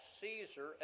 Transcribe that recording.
Caesar